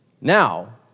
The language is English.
Now